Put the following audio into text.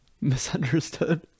misunderstood